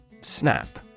Snap